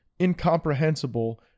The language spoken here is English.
incomprehensible